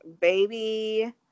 baby